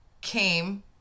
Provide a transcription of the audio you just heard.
came